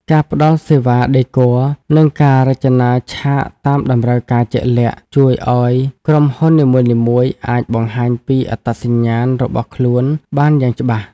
ការផ្តល់សេវាដេគ័រ និងការរចនាឆាកតាមតម្រូវការជាក់លាក់ ជួយឱ្យក្រុមហ៊ុននីមួយៗអាចបង្ហាញពីអត្តសញ្ញាណរបស់ខ្លួនបានយ៉ាងច្បាស់។